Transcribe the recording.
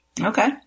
Okay